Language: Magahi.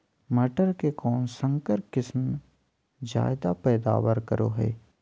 मटर के कौन संकर किस्म जायदा पैदावार करो है?